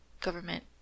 government